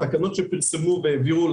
העניין הוא שהאמירה הזו